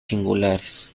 singulares